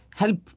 Help